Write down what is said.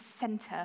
center